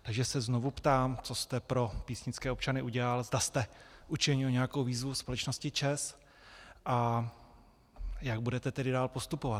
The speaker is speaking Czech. Takže se znovu ptám, co jste pro písnické občany udělal, zda jste učinil nějakou výzvu společnosti ČEZ a jak budete tedy dál postupovat.